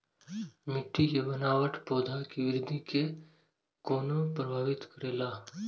मिट्टी के बनावट पौधा के वृद्धि के कोना प्रभावित करेला?